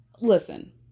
listen